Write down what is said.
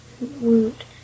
Woot